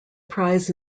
prize